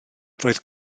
roedd